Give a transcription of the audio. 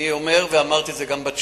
אני אומר, ואמרתי את זה גם בתשובה: